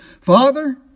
Father